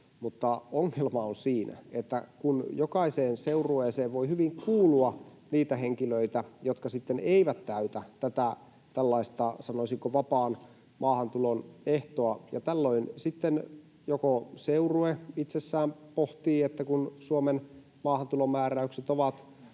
ole. Ongelma on siinä, että jokaiseen seurueeseen voi hyvin kuulua henkilöitä, jotka eivät täytä tätä tällaista, sanoisinko, vapaan maahantulon ehtoa, ja tällöin joko seurue itsessään pohtii, että kun Suomen maahantulomääräykset ovat